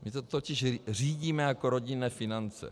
My to totiž řídíme jako rodinné finance.